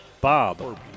Bob